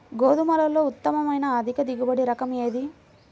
గోధుమలలో ఉత్తమమైన అధిక దిగుబడి రకం ఏది?